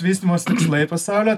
vystymosi tikslai pasaulyje